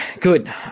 good